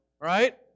right